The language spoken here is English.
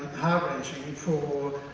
heart-wrenching for,